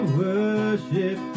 worship